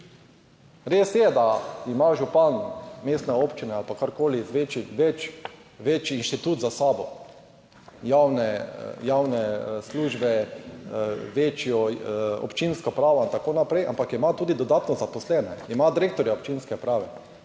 Res je, da ima župan mestne občine ali pa karkoli večji inštitut za sabo, javne službe, večjo občinska uprava in tako naprej, ampak ima tudi dodatno zaposlene, ima direktorja občinske uprave,